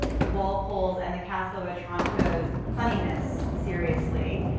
walpole's and the castle of otranto's funniness seriously,